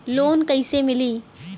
Loan कईसे मिली?